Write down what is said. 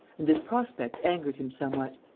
and this prospect angered him somewhat.